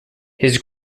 his